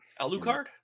Alucard